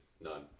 None